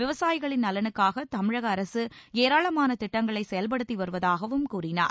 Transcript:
விவசாயிகளின் நலனுக்காக தமிழக அரசு ஏராளமான திட்டங்களை செயல்படுத்தி வருவதாகவும் கூறினார்